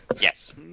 Yes